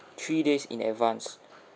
three days in advance